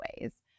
ways